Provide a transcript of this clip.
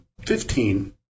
fifteen